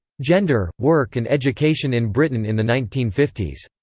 gender, work and education in britain in the nineteen fifty s.